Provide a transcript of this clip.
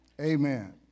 Amen